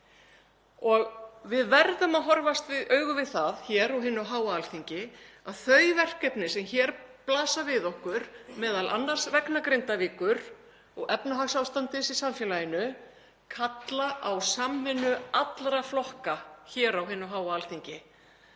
Við verðum að horfast í augu við það hér á hinu háa Alþingi að þau verkefni sem hér blasa við okkur, m.a. vegna Grindavíkur og efnahagsástandsins í samfélaginu, kalla á samvinnu allra flokka hér á hinu háa Alþingi.